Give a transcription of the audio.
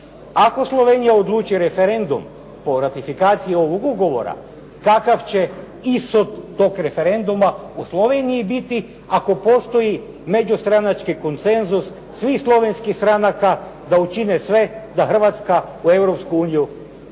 ako Slovenija odluči referendum o ratifikaciji ovog ugovora takav će …/Govornik se ne razumije./… tog referenduma u Sloveniji biti ako postoji međustranački koncenzus svih slovenskih stranaka da učine sve da Hrvatska u Europsku